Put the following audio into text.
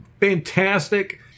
fantastic